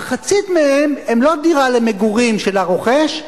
מחצית מהן הן לא דירה למגורים של הרוכש,